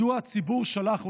מדוע הציבור שלח אותנו,